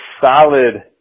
solid